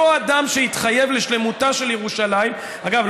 אותו אדם שהתחייב לשלמותה של ירושלים אגב,